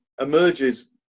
emerges